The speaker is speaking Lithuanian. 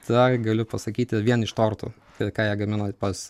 tą galiu pasakyti vien iš tortų ir ką jie gamina pas